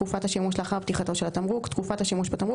"תקופת השימוש לאחר פתיחתו של התמרוק" תקופת השימוש בתמרוק,